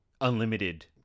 unlimited